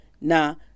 now